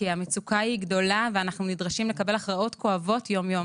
כי המצוקה היא גדולה ואנחנו נדרשים לקבל הכרעות כואבות יום-יום.